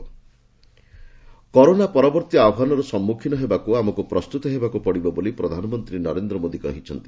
PM Italian PM corona ପରବର୍ତ୍ତୀ ଆହ୍ୱାନର ସମ୍ମୁଖୀନ ହେବାକୁ ଆମକୁ ପ୍ରସ୍ତୁତ ହେବାକୁ ପଡିବ ବୋଲି ପ୍ରଧାନମନ୍ତ୍ରୀ ନରେନ୍ଦ୍ର ମୋଦି କହିଛନ୍ତି